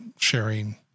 sharing